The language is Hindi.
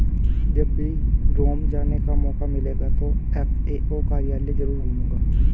जब भी रोम जाने का मौका मिलेगा तो एफ.ए.ओ कार्यालय जरूर घूमूंगा